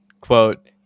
quote